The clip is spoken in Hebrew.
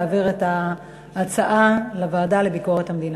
להעביר את ההצעה לוועדה לביקורת המדינה.